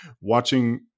watching